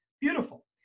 beautiful